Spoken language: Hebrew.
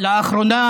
אחמד טיבי.